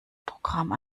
programm